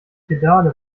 pedale